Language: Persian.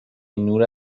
نور